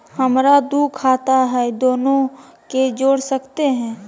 हमरा दू खाता हय, दोनो के जोड़ सकते है?